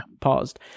paused